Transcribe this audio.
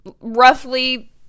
roughly